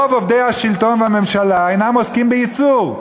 רוב עובדי השלטון והממשלה אינם עוסקים בייצור.